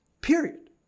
period